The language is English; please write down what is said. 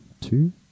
Two